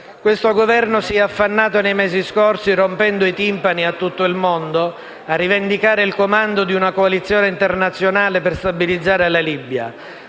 questo Governo si è affannato nei mesi scorsi, rompendo i timpani a tutto il mondo, a rivendicare il comando di un coalizione internazionale per stabilizzare la Libia.